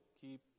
keep